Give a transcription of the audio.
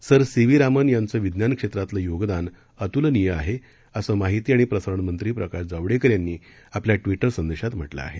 sir C V Raman यांचं विज्ञान क्षेत्रातलं योगदान अतुलनीय आहे असं माहिती आणि प्रसारणमंत्री प्रकाश जावडेकर यांनी आपल्या ट्वीटर संदेशात म्हटलं आहे